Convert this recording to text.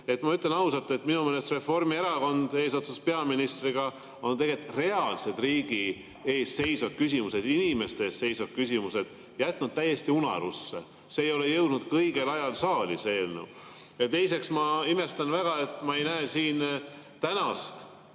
Ma ütlen ausalt, et minu meelest Reformierakond eesotsas peaministriga on tegelikult reaalsed riigi ees seisvad küsimused, inimeste ees seisvad küsimused jätnud täiesti unarusse. See eelnõu ei ole jõudnud õigel ajal saali. Teiseks, ma imestan väga, et ma ei näe siin tänast